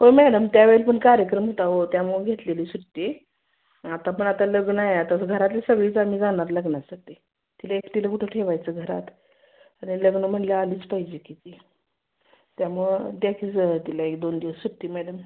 हो मॅडम त्यावेळेला पण कार्यक्रम होता हो त्यामुळं घेतलेली सुट्टी आता पण आता लग्न आहे आता घरातली सगळीच आम्ही जाणार लग्नासाठी तिला एकटीला कुठं ठेवायचं घरात आता लग्न म्हणल्यावर आलीच पाहिजे की ती त्यामुळं द्या की जरा तिला एक दोन दिवस सुट्टी मॅडम